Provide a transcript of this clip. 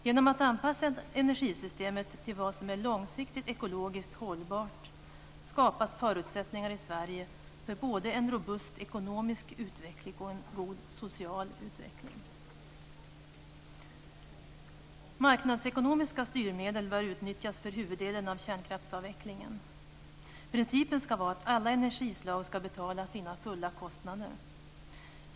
Genom att anpassa energisystemet till vad som är långsiktigt ekologiskt hållbart skapas förutsättningar i Sverige för både en robust ekonomisk utveckling och en god social utveckling. Marknadsekonomiska styrmedel bör utnyttjas för huvuddelen av kärnkraftsavvecklingen. Principen ska vara att alla energislag ska betala sina fulla kostnader.